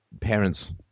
parents